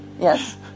Yes